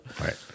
Right